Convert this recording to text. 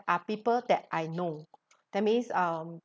are people that I know that means um